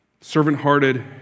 Servant-hearted